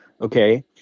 Okay